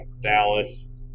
Dallas